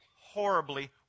horribly